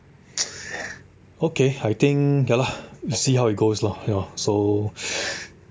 okay I think ya lah see how it goes lor hor so